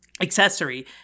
accessory